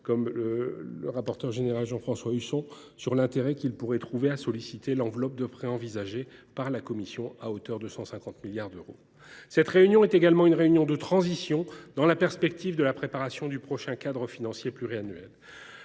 comme le rapporteur général Jean François Husson, sur l’intérêt qu’il pourrait trouver à solliciter l’enveloppe de prêts envisagée par la Commission, à hauteur de 150 milliards d’euros. Cette réunion est également une réunion de transition dans le cadre de la préparation du prochain cadre financier pluriannuel.